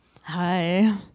Hi